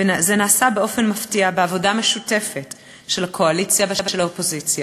וזה נעשה באופן מפתיע בעבודה משותפת של הקואליציה ושל האופוזיציה,